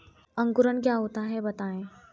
अंकुरण क्या होता है बताएँ?